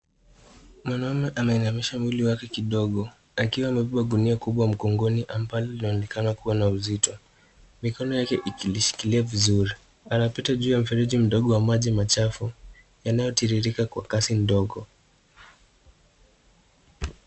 Mwanaume ameinamisha mwili wake kidogo, akiwa amebeba gunia kubwa mgongoni ambalo laonekana kuwa na uzito; mikono yake ikilishikilia vizuri. Anapita juu ya mfereji wa maji machafu yanayotiririka kwa kasi ndogo.